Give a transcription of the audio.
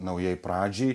naujai pradžiai